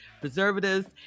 preservatives